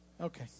Okay